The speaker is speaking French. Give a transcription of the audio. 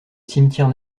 cimetière